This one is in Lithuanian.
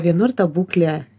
vienur ta būklė